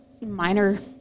minor